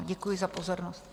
Děkuji za pozornost.